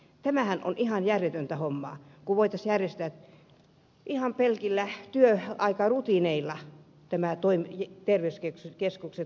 tämähän on ihan järjetöntä hommaa kun voitaisiin järjestää ihan pelkillä työaikarutiineilla terveyskeskukset kuntoon